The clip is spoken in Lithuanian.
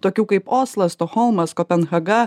tokių kaip oslas stokholmas kopenhaga